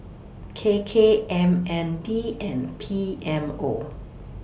K K M N D and P M O